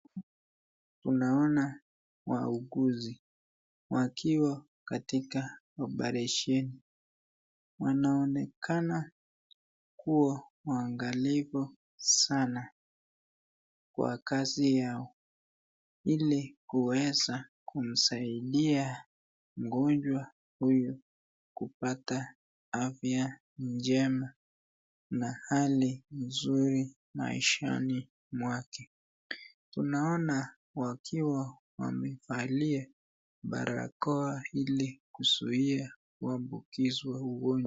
Tunaona wauguzi wakiwa katika operesheni wanaonekana kuwa waangalifu sana kwa kazi yao ili kuweza kumsaidia mgonjwa huyu kupata afya njema na hali nzuri maishani mwake tunaona wakiwa wamevalia barakoa ili kuzuia kuambukizwa ugonjwa.